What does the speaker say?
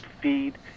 feed